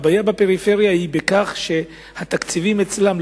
הבעיה בפריפריה היא בכך שהתקציבים אצלם,